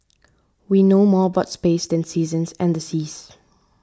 we know more about space than seasons and the seas